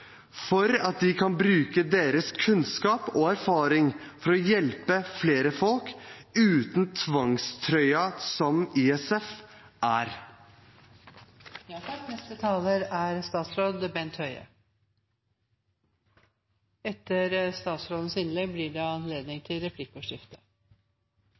at de kan bruke sin kunnskap og sin erfaring for å hjelpe flere, uten tvangstrøyen som ISF er.